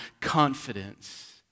confidence